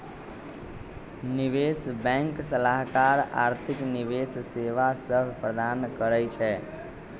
निवेश बैंक सलाहकार आर्थिक निवेश सेवा सभ प्रदान करइ छै